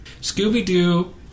Scooby-Doo